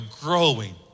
growing